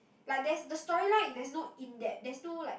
like that's the story lah is no in-depth is no like